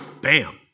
bam